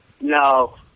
No